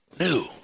new